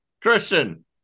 Christian